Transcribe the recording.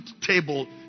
table